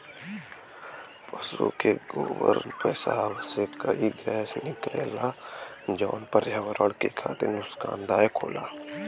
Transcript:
पसु के गोबर पेसाब से कई गैस निकलला जौन पर्यावरण के खातिर नुकसानदायक होला